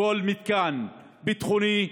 בכל מתקן ביטחוני,